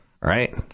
right